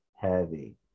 heavy